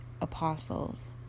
apostles